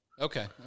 Okay